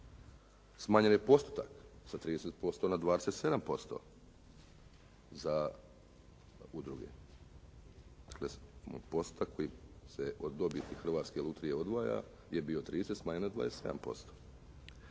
Smanjen je postotak sa 30% na 27% za udruge, postotak koji se od dobiti Hrvatske lutrije odvaja je bio 30, smanjen na 27%.